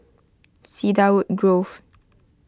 Cedarwood Grove